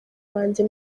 banjye